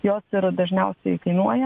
jos ir dažniausiai kainuoja